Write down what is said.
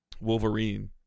Wolverine